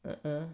(uh huh)